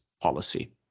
policy